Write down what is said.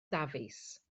dafis